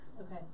Okay